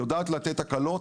יודעת לתת הקלות.